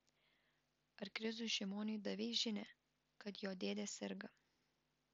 ar krizui šimoniui davei žinią kad jo dėdė serga